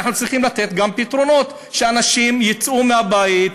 אנחנו צריכים לתת גם פתרונות שאנשים יצאו מהבית,